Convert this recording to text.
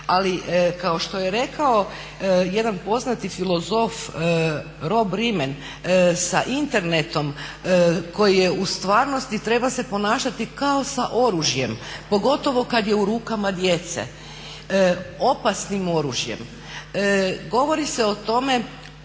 Ali kao što je rekao jedan poznati filozof Rob Riemen sa internetom koji je u stvarnosti, treba se ponašati kao sa oružjem pogotovo kad je u rukama djece, opasnim oružjem. Govori se o tome